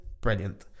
brilliant